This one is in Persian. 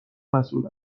مسئول